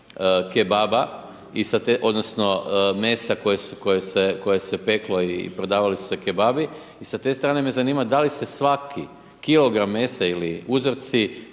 kebaba odnosno mesa koje se peklo i prodavali su se kebabi i sa te strane me zanima da li se svaki kilogram mesa ili uzorci